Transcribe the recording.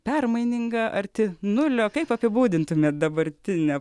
permaininga arti nulio kaip apibūdintumėte dabartinę